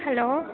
hello